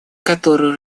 которую